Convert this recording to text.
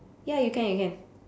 ya you can you can